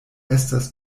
estas